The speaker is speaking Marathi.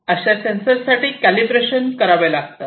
असे सेंसरसाठी कॅलिब्रेशन करावे लागतात